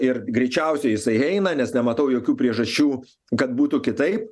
ir greičiausiai jisai eina nes nematau jokių priežasčių kad būtų kitaip